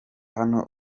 hano